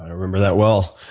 remember that well.